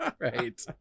right